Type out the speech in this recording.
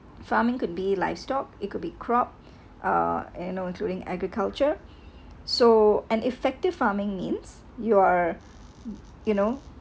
farming could be livestock it could be crop uh and uh including agriculture so an effective farming means you are you know